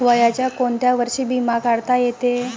वयाच्या कोंत्या वर्षी बिमा काढता येते?